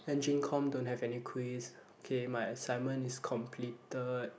engine com don't have any quiz okay my assignment is completed